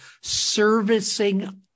servicing